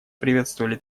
приветствовали